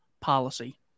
policy